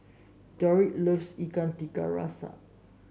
Roderic loves Ikan Tiga Rasa